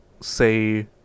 say